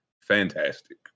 fantastic